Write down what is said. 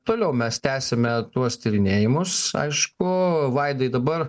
toliau mes tęsiame tuos tyrinėjimus aišku vaidai dabar